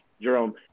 Jerome